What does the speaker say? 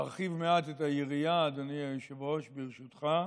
ארחיב מעט את היריעה, אדוני היושב-ראש, ברשותך,